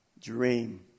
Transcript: dream